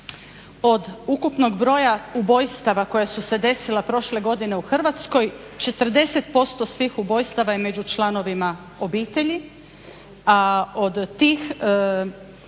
od ukupnog broja ubojstava koja su se desila prošle godine u Hrvatskoj 40% svih ubojstava je među članovima obitelji, a od tih